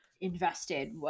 Invested